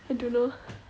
I don't know